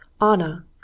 Anna